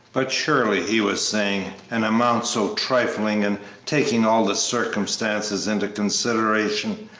but surely, he was saying, an amount so trifling, and taking all the circumstances into consideration,